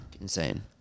insane